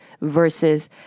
versus